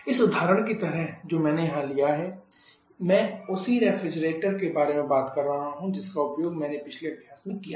इस उदाहरण की तरह जो मैंने यहां लिया है मैं उसी रेफ्रिजरेटर के बारे में बात कर रहा हूँ जिसका उपयोग मैंने पिछले अभ्यास में किया था